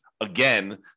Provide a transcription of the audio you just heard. again